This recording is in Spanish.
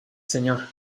señor